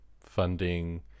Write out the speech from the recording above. Funding